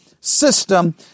system